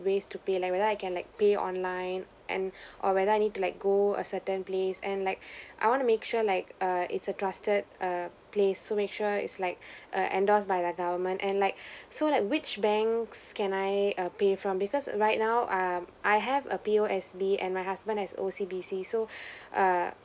ways to pay like whether I can like pay online and or whether I need to like go a certain place and like I wanna make sure like err it's a trusted err place so make sure it's like err endorsed by the government and like so like which banks can I err pay from because right now um I have a P_O_S_B and my husband has O_C_B_C so err